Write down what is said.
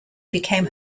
became